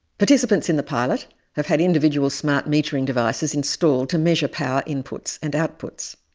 participants in the pilot have had individual smart metering devices installed to measure power inputs and outputs.